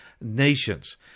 nations